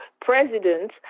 president